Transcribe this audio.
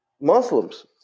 Muslims